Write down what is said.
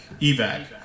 evac